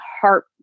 heart